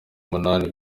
umunani